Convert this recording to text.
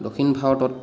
দক্ষিণ ভাৰতত